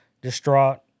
distraught